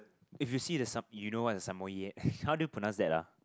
if you see the some you know what's the Samoyed how do you pronounce that ah